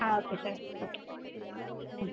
ஆ okay sir okay ம்